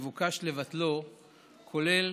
שמבוקש לבטלו כולל